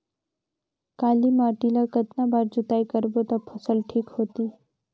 काली माटी ला कतना बार जुताई करबो ता फसल ठीक होती?